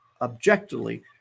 objectively